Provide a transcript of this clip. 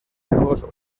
lejos